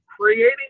creating